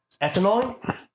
Ethanol